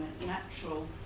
natural